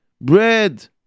bread